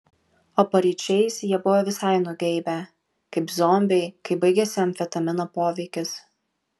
o paryčiais jie buvo visai nugeibę kaip zombiai kai baigėsi amfetamino poveikis